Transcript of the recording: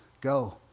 go